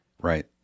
Right